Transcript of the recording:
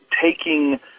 taking